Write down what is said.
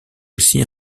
aussi